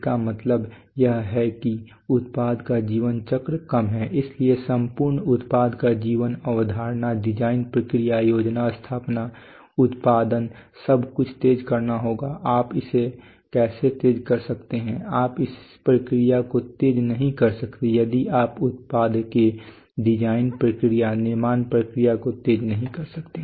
इसका मतलब यह है कि उत्पाद का जीवनचक्र कम है इसलिए संपूर्ण उत्पाद का जीवनचक्र अवधारणा डिजाइन प्रक्रिया योजना स्थापना उत्पादन सब कुछ तेज करना होगा आप इसे कैसे तेज कर सकते हैं आप इस प्रक्रिया को तेज नहीं कर सकते यदि आप उत्पाद के डिजाइन प्रक्रिया निर्माण प्रक्रिया को तेज नहीं कर सकते